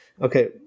Okay